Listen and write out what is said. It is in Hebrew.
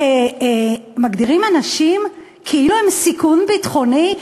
מגדירים אנשים כאילו הם סיכון ביטחוני.